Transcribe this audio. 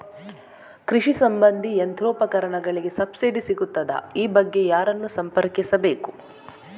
ಕೃಷಿ ಸಂಬಂಧಿ ಯಂತ್ರೋಪಕರಣಗಳಿಗೆ ಸಬ್ಸಿಡಿ ಸಿಗುತ್ತದಾ? ಈ ಬಗ್ಗೆ ಯಾರನ್ನು ಸಂಪರ್ಕಿಸಬೇಕು?